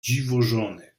dziwożony